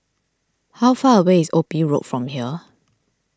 how far away is Ophir Road from here